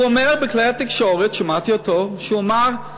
הוא אומר בכלי התקשורת, שמעתי אותו כשהוא אמר,